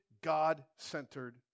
God-centered